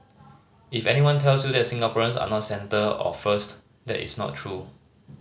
if anyone tells you that Singaporeans are not centre or first that is not true